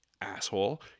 asshole